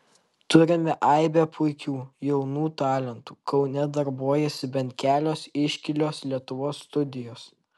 turime aibę puikių jaunų talentų kaune darbuojasi bent kelios iškilios lietuvos studijos